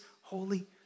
holy